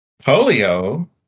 Polio